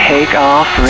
Takeoff